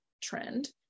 trend